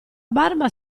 barba